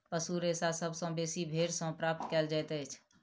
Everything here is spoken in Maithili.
पशु रेशा सभ सॅ बेसी भेंड़ सॅ प्राप्त कयल जाइतअछि